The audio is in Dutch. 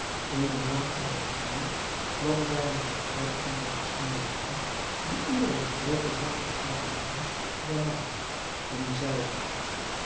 eene maand na ons huwelijk kwam zij met een groot aantal gesnedenen die ieder een grooten zak met geld droegen bij mij en zeide